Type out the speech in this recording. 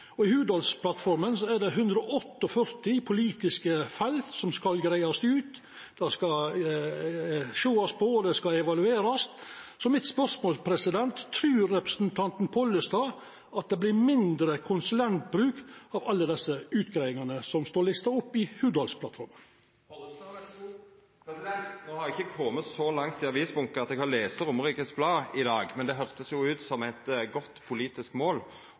og i Hurdalsplattforma er det 148 politiske felt som skal greiast ut, det skal sjåast på, og det skal evaluerast. Mitt spørsmål er: Trur representanten Pollestad at det vert mindre konsulentbruk av alle desse utgreiingane som står lista opp i Hurdalsplattforma? Eg har ikkje kome så langt i avisbunken at eg har lese Romerikes Blad i dag, men det høyrest jo ut som eit godt politisk mål